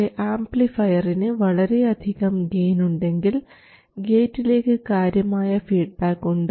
പക്ഷേ ആംപ്ലിഫയറിന് വളരെയധികം ഗെയിൻ ഉണ്ടെങ്കിൽ ഗേറ്റിലേക്ക് കാര്യമായ ഫീഡ്ബാക്ക് ഉണ്ട്